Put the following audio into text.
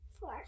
Four